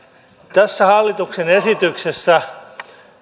tässä hallituksen esityksessä